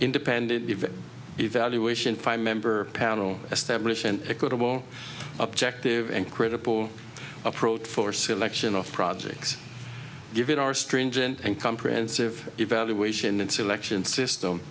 independent evaluation five member panel establish an equitable objective and critical approach for selection of projects given our stringent and comprehensive evaluation and selection system